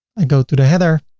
i go to the header.